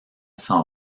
s’en